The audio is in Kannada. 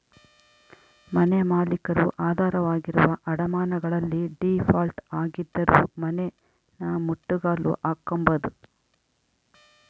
ಮನೆಮಾಲೀಕರು ಆಧಾರವಾಗಿರುವ ಅಡಮಾನಗಳಲ್ಲಿ ಡೀಫಾಲ್ಟ್ ಆಗಿದ್ದರೂ ಮನೆನಮುಟ್ಟುಗೋಲು ಹಾಕ್ಕೆಂಬೋದು